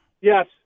Yes